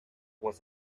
was